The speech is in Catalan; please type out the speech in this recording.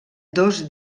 dos